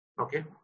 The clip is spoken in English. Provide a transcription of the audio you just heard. Okay